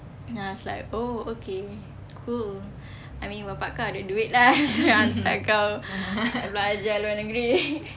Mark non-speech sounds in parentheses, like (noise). and I was like oh okay cool I mean bapa kau ada duit lah so boleh hantar kau belajar luar negeri (laughs)